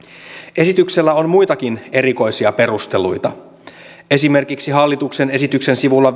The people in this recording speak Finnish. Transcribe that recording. esityksellä on muitakin erikoisia perusteluita esimerkiksi hallituksen esityksen sivulla